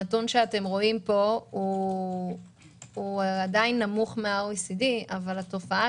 הנתון שאתם רואים פה עדיין נמוך מממוצע ה-OECD אבל התופעה